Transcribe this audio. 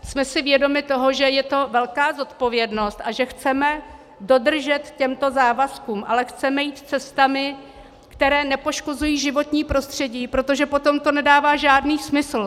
Jsme si vědomi toho, že je to velká zodpovědnost a že chceme dodržet tyto závazky, ale chceme jít cestami, které nepoškozují životní prostředí, protože potom to nedává žádný smysl.